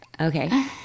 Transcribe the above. Okay